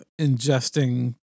ingesting